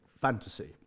fantasy